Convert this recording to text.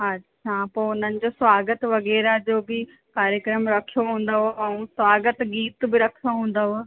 अच्छा पोइ हुननि जो स्वागत वग़ैरह जो बि कार्यक्रम रखियो हूंदव ऐं स्वागत गीत बि रखियो हूंदव